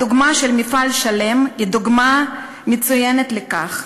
הדוגמה של מפעל "מוצרי שלם" היא דוגמה מצוינת לכך: